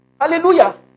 Hallelujah